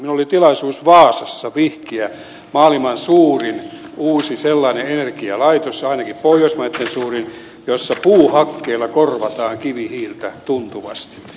minulla oli tilaisuus vaasassa vihkiä maailman suurin sellainen uusi energialaitos ainakin pohjoismaitten suurin jossa puuhakkeella korvataan kivihiiltä tuntuvasti